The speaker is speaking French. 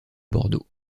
bordeaux